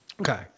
Okay